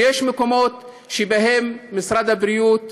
ויש מקומות שבהם משרד הבריאות